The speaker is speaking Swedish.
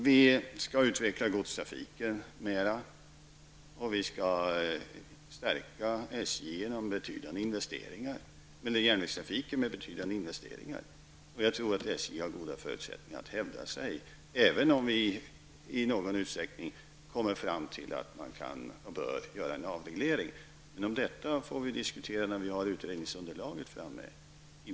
Vi skall utveckla godstrafiken mera. Vi skall stärka järnvägstrafiken genom betydande investeringar. Jag tror att SJ har goda förutsättningar att hävda sig, även om vi i någon utsträckning kommer fram till att man kan och bör göra en avreglering. Men om detta får vi diskutera när vi har utredningsunderlaget framme.